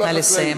נא לסיים,